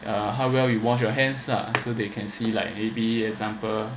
how well you wash your hands are so they can see like maybe example